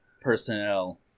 personnel